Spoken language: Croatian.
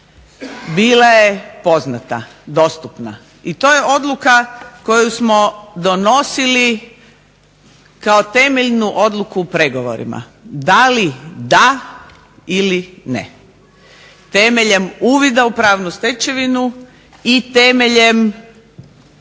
bila je poznata, dostupna. I to je odluka koju smo donosili kao temeljnu odluku u pregovorima. Da li da ili ne. Temeljem uvida u pravnu stečevinu i temeljem